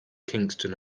kingston